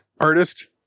artist